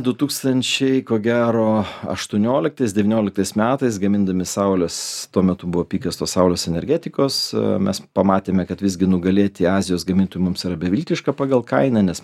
du tūkstančiai ko gero aštuonioliktais devynioliktais metais gamindami saulės tuo metu buvo pigios tos saulės energetikos mes pamatėme kad visgi nugalėti azijos gamintojų mums yra beviltiška pagal kainą nes